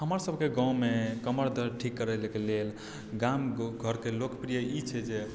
हमर सभक गाँवमे कमर दर्द ठीक करै के लेल गाम घरके लोकप्रिय ई छै जे